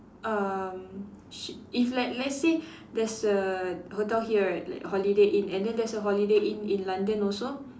um she if like let's say there's a hotel here right like holiday inn and there's a holiday inn in London also